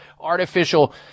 artificial